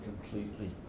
completely